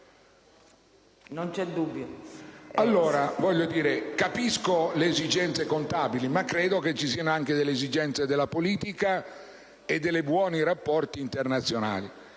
internazionali. Capisco le esigenze contabili, ma credo ci siano anche le esigenze della politica e dei buoni rapporti internazionali.